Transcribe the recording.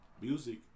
Music